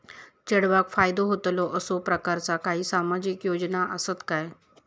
चेडवाक फायदो होतलो असो प्रकारचा काही सामाजिक योजना असात काय?